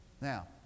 Now